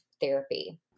therapy